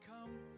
Come